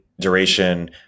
duration